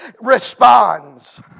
responds